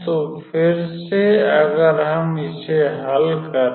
तो फिर से अगर हम इसे हल करें